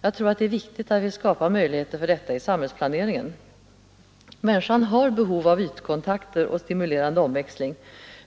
Jag tror det är viktigt att vi skapar möjligheter för detta i samhällsplaneringen. Människan har behov av ytkontakter och stimulerande omväxling,